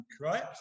right